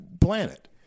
planet